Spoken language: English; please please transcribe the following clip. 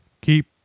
Keep